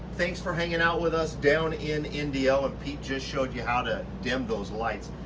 thanks for hanging out with us down in indio. and pete just showed you how to dim those lights.